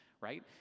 right